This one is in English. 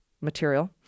material